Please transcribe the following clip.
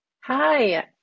Hi